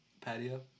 patio